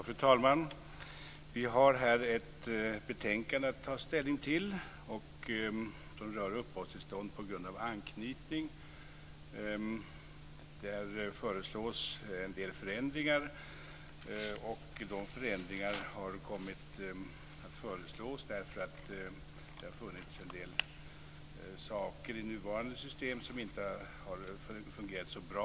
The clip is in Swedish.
Fru talman! Vi har att ta ställning till ett betänkande som rör uppehållstillstånd på grund av anknytning. Det föreslås en del förändringar därför att en del saker i det nuvarande systemet inte har fungerat så bra.